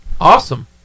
Awesome